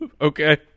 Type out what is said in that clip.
Okay